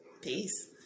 Peace